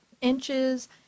inches